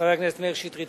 חבר הכנסת מאיר שטרית,